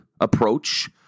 approach